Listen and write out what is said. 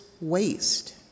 waste